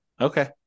Okay